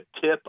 tip